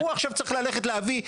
הוא עכשיו צריך ללכת להביא.